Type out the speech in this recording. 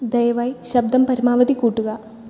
ദയവായി ശബ്ദം പരമാവധി കൂട്ടുക